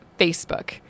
Facebook